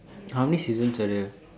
how many seasons are there